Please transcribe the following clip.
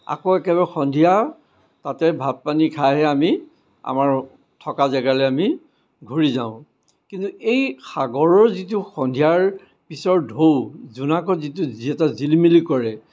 আকৌ একেবাৰে সন্ধিয়া তাতে ভাত পানী খাইহে আমি আমাৰ থকা জেগালৈ আমি ঘূৰি যাওঁ কিন্তু এই সাগৰৰ যিটো সন্ধিয়াৰ পিছৰ ঢৌ জোনাকত যিটো যি এটা জিলমিলি কৰে